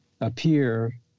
appear